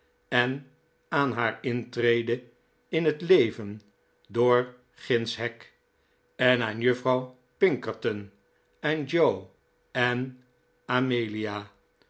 en aan haar intrede in het leven door gindsch hek en aan juffrouw pinkerton en joe en amelia